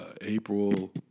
April